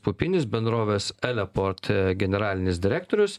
pupinis bendrovės eleport generalinis direktorius